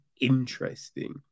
interesting